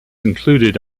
included